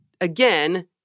again